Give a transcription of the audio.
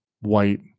white